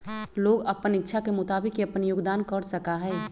लोग अपन इच्छा के मुताबिक ही अपन योगदान कर सका हई